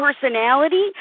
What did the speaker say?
personality